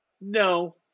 no